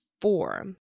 four